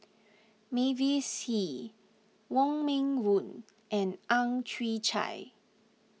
Mavis Hee Wong Meng Voon and Ang Chwee Chai